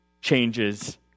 changes